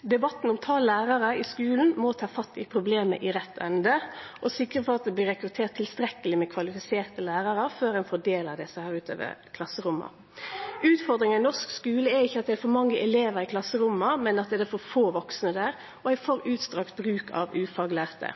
Debatten om talet på lærarar i skulen må ta fatt i problemet i rett ende og sikre at det blir rekruttert tilstrekkeleg med kvalifiserte lærarar før ein fordelar desse utover klasseromma. Utfordringa i norsk skule er ikkje at det er for mange elevar i klasseromma, men at det er for få vaksne der og ein for utstrekt bruk av ufaglærte.